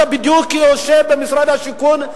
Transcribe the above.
אתה בדיוק יושב במשרד השיכון,